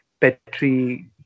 Petri